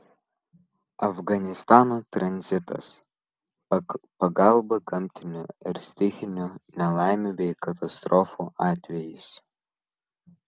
afganistano tranzitas pagalba gamtinių ir stichinių nelaimių bei katastrofų atvejais